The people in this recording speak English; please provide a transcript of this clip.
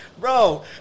Bro